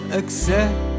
accept